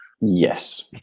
Yes